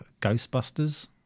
Ghostbusters